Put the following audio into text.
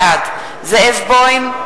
בעד זאב בוים,